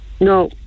No